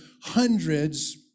hundreds